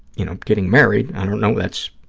you know, getting married. i don't know, that's,